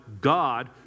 God